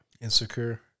insecure